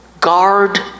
guard